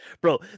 Bro